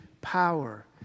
power